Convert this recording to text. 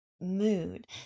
mood